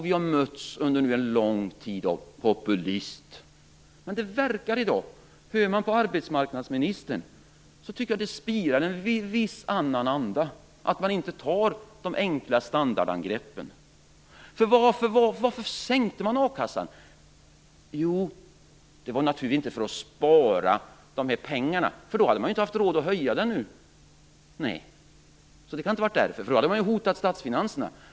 Vi har under lång tid kritiserats för populism. Men hör man på arbetsmarknadsministern tycker jag att det till viss del spirar en annan anda i dag. Man tar inte till de enkla standardangreppen. Varför sänkte man a-kassan? Det var naturligtvis inte för att spara pengar, för då hade man ju inte haft råd att höja den nu. Det kan inte vara skälet, för då hade det ju hotat statsfinanserna.